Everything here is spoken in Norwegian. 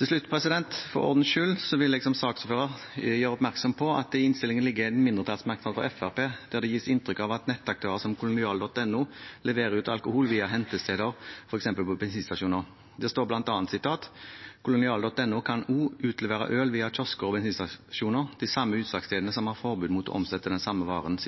Til slutt: For ordens skyld vil jeg som saksordfører gjøre oppmerksom på at det i innstillingen ligger en mindretallsmerknad fra Fremskrittspartiet der det gis inntrykk av at nettaktører som kolonial.no leverer ut alkohol via hentesteder, f.eks. på bensinstasjoner. Det står bl.a.: «Kolonial.no kan også utlevere øl via kiosker og bensinstasjoner – de samme utsalgsstedene som har forbud mot å omsette den samme varen.»